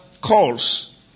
calls